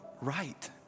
right